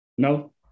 No